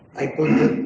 i put them